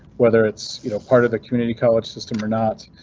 whether it's you know part of the community college system or not,